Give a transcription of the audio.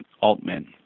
Altman